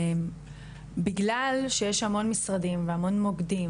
בגלל שיש המון משרדים והמון מוקדים